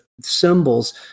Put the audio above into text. symbols